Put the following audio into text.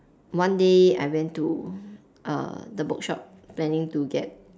one day I went to err the bookshop planning to get